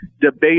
debate